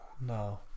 No